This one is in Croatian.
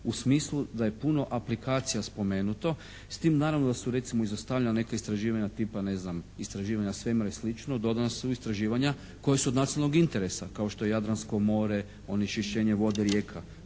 u smislu da je puno aplikacija spomenuto s tim naravno da su recimo izostavljena neka istraživanja tipa ne znam istraživanja svemira i slično dodana su istraživanja koja su od nacionalnog interesa kao što je Jadransko more, onečišćenje vode i rijeka,